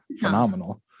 phenomenal